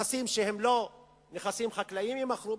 ונכסים שהם לא נכסים חקלאיים יימכרו.